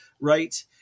Right